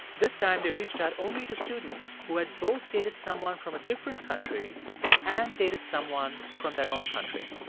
this time, they reached out only to students who had both dated someone from a different country and dated someone from their own country.